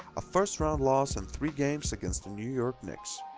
a first round loss in three games against the new york knicks.